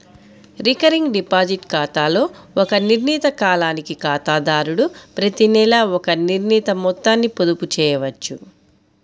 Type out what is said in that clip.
recurring deposit ఖాతాలో ఒక నిర్ణీత కాలానికి ఖాతాదారుడు ప్రతినెలా ఒక నిర్ణీత మొత్తాన్ని పొదుపు చేయవచ్చు